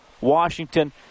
Washington